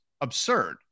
absurd